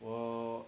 我